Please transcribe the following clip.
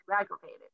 aggravated